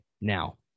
Now